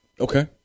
Okay